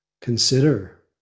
consider